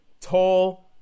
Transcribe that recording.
tall